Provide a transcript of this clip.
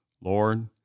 Lord